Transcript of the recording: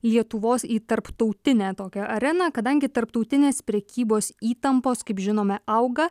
lietuvos į tarptautinę tokią areną kadangi tarptautinės prekybos įtampos kaip žinome auga